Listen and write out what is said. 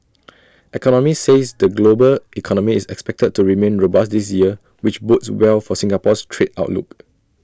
economists says the global economy is expected to remain robust this year which bodes well for Singapore's trade outlook